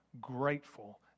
grateful